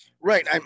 Right